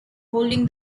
holding